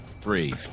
three